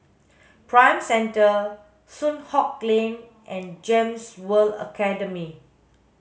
Prime Centre Soon Hock Lane and GEMS World Academy